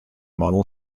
model